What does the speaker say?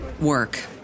work